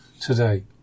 today